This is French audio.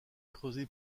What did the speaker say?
creusé